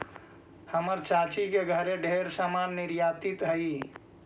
हमर चाची के घरे ढेर समान निर्यातित हई